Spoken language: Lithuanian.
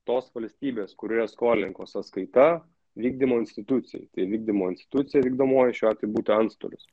tos valstybės kurioje skolininko sąskaita vykdymo institucijai tai vykdymo institucija vykdomoji šiuo atveju būtų antstolius